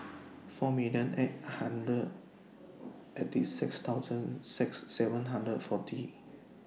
four million eight hundred eighty six thousand six seven hundred forty